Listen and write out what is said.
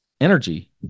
energy